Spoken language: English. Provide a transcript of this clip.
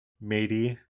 Matey